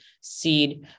seed